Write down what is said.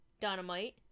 dynamite